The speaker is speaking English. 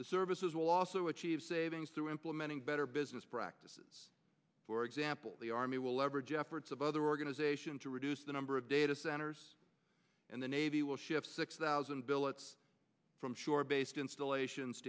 the services will also achieve savings through implementing better business practices for example the army will leverage efforts of other organization to reduce the number of data centers and the navy will ship six thousand billets from shore based installations